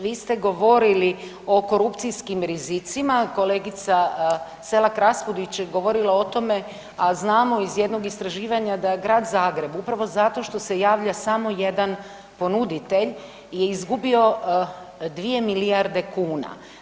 Vi ste govorili o korupcijskim rizicima, kolegica Selak Raspudić govorila o tome, a znamo iz jednog istraživanja da je grad Zagreb, upravo zato što se javlja samo jedan ponuditelj je izgubio 2 milijarde kuna.